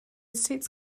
states